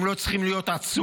הם לא צריכים להיות עצורים,